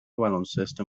baloncesto